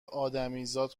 ادمیزاد